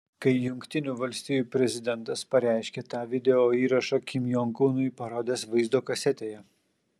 kai jungtinių valstijų prezidentas pareiškė tą videoįrašą kim jong unui parodęs vaizdo kasetėje